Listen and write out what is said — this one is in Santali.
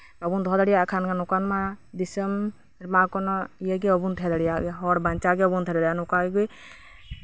ᱵᱟᱵᱚᱱ ᱫᱚᱦᱚ ᱫᱟᱲᱮᱭᱟᱜ ᱠᱷᱟᱡ ᱱᱚᱝᱠᱟ ᱢᱟ ᱫᱤᱥᱚᱢ ᱨᱮᱢᱟ ᱤᱭᱟᱹᱜᱮ ᱵᱟᱵᱚᱱ ᱛᱟᱸᱦᱮ ᱫᱟᱲᱮᱭᱟᱜ ᱦᱚᱲ ᱵᱟᱧᱪᱟᱣ ᱜᱮ ᱵᱟᱵᱚᱱ ᱛᱟᱸᱦᱮ ᱫᱟᱲᱮᱭᱟᱜ